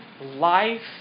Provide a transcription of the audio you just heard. life